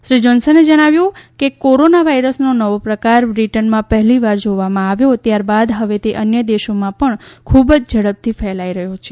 શ્રી જોન્સને જણાવ્યું કે કોરોના વાયરસનો નવો પ્રકાર બ્રિટનમાં પહેલીવાર જોવામાં આવ્યો ત્યાર બાદ હવે તે અન્ય દેશોમાં પણ ખૂબ જ ઝડપથી ફેલાઈ રહ્યો છે